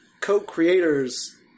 co-creators